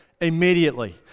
immediately